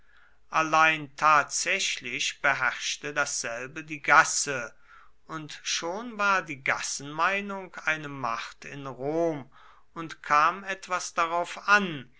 allein tatsächlich beherrschte dasselbe die gasse und schon war die gassenmeinung eine macht in rom und kam etwas darauf an